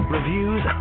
Reviews